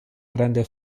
grande